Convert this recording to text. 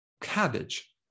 cabbage